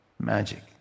magic